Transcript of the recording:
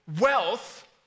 wealth